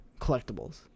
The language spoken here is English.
collectibles